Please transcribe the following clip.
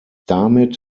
damit